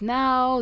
now